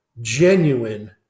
genuine